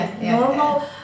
normal